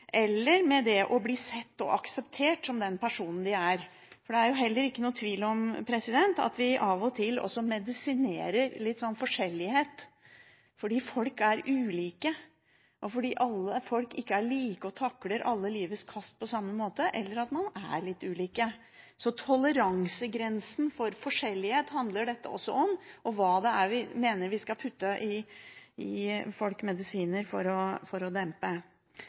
eller med det å bli sett og akseptert som den personen de er. Det er jo heller ikke noen tvil om at vi av og til også medisinerer forskjellighet, fordi folk er ulike, og fordi alle folk ikke er like og takler alle livets kast på samme måte – eller at man er litt ulike. Så dette handler også om toleransegrensen for forskjellighet og hva vi skal dempe ved å putte medisiner i folk.